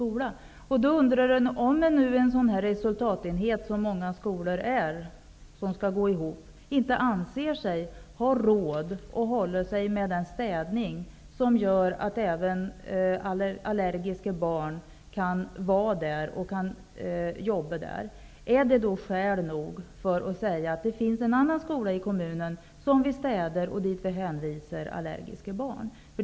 Om nu en sådan resultatenhet som många skolor utgör och som skall gå ihop inte anser sig ha råd att hålla sig med den städning som gör att även allergiska barn kan vara där, är det då skäl nog att hänvisa allergiska barn till en annan skola i kommunen, en skola som städas?